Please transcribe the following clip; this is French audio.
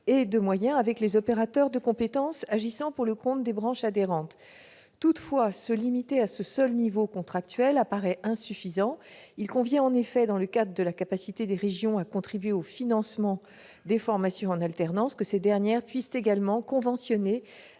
et de moyens avec les opérateurs de compétences agissant pour le compte des branches adhérentes. Toutefois, se limiter à ce seul niveau contractuel apparaît insuffisant. Il convient en effet, eu égard à la capacité des régions de contribuer au financement des formations en alternance, que ces dernières puissent également conventionner